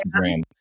Instagram